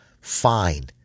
Fine